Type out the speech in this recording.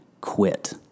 quit